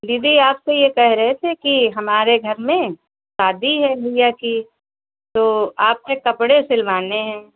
दीदी आपको यह कह रहे थे कि हमारे घर में शादी है भैया की तो आपसे कपड़े सिलवाने हैं